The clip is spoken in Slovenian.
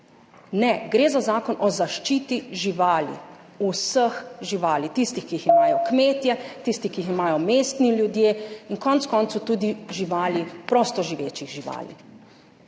Ne, gre za Zakon o zaščiti živali, vseh živali, tistih, ki jih imajo kmetje, / znak za konec razprave/ tistih, ki jih imajo mestni ljudje in konec koncev tudi živali prostoživečih živali.